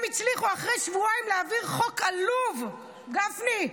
אחרי שבועיים הם הצליחו להעביר "חוק עלוב" גפני,